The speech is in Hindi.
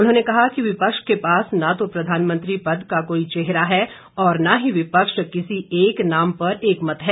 उन्होंने कहा कि विपक्ष के पास न तो प्रधानमंत्री पद का कोई चेहरा है और न ही विपक्ष किसी एक नाम पर एकमत है